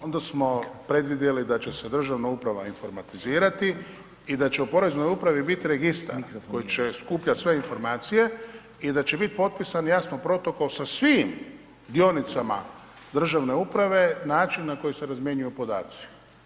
onda smo predvidjeli da će se državna uprava informatizirati i da će u poreznoj upravi biti registar koji će skupljati sve informacije i da će biti potpisan, jasno protokol sa svim dionicama državne uprave, način na koji se razmjenjuju podaci.